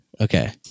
Okay